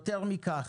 יותר מכך,